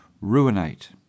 ruinate